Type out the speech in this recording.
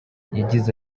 yagize